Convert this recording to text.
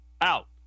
out